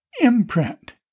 imprint